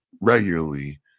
regularly